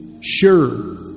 Sure